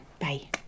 Bye